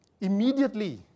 immediately